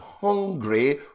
hungry